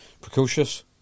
precocious